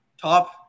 top